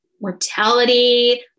mortality